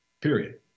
period